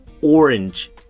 orange